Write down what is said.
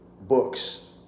books